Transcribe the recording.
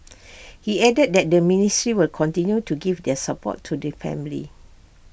he added that the ministry will continue to give their support to the family